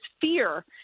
fear